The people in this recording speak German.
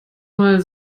mal